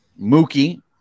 Mookie